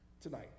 tonight